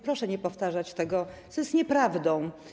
Proszę nie powtarzać tego, co jest nieprawdą.